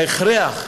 ההכרח,